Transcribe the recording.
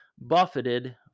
buffeted